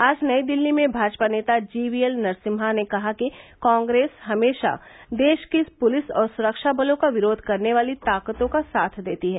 आज नई दिल्ली में भाजपा नेता जीवीएल नरसिम्हा ने कहा कि कांग्रेस हमेशा देश की पुलिस और सुरक्षाबलों का विरोध करने वाली ताकतों का साथ देती है